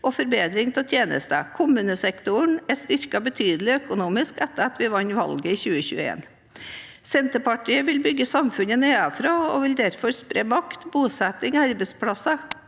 – Kommuneproposisjonen 2025 4565 nesektoren er styrket betydelig økonomisk etter at vi vant valget i 2021. Senterpartiet vil bygge samfunnet nedenfra og vil derfor spre makt, bosetting, arbeidsplasser,